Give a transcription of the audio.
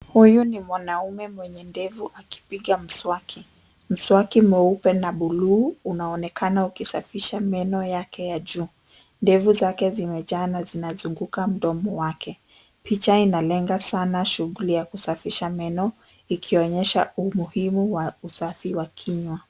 Huyu ni mwanaume mwenye ndevu akipiga mswaki. Mswaki mweupe na buluu unaonekana ukisafisha meno yake ya juu. Ndevu zake zimejaa na zinazunguka mdomo wake. Picha inalenga sana shughuli ya kusafisha meno ikionyesha umuhimu wa usafi wa kinywa.